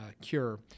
cure